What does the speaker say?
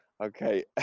Okay